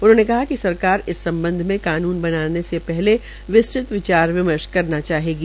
उन्होंने कहा कि सरकार इस सम्बध में कानून बनाने से पहले विस्तृत विचार विमर्श करना चाहेगी